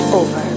over